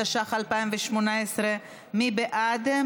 התשע"ח 2018. מי בעד?